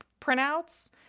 printouts